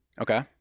Okay